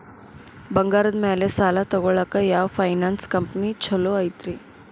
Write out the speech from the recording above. ಬಂಗಾರದ ಮ್ಯಾಲೆ ಸಾಲ ತಗೊಳಾಕ ಯಾವ್ ಫೈನಾನ್ಸ್ ಕಂಪನಿ ಛೊಲೊ ಐತ್ರಿ?